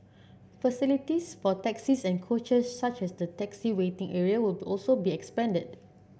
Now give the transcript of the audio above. facilities for taxis and coaches such as the taxi waiting area will also be expanded